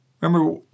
Remember